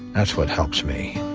that's what helps me.